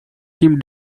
him